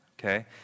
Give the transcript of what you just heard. okay